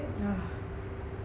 yeah